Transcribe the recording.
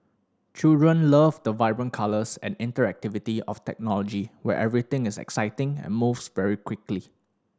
children love the vibrant colours and interactivity of technology where everything is exciting and moves very quickly